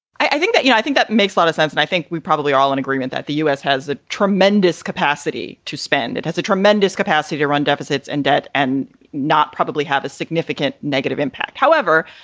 i think that, you know, i think that makes a lot of sense, and i think we probably are all in agreement that the u s. has a tremendous capacity to spend. it has a tremendous capacity to run deficits and debt and not probably have a significant negative impact. however,